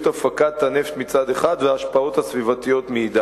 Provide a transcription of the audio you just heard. הפקת הנפט מצד אחד וההשפעות הסביבתיות מצד שני.